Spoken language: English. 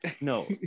no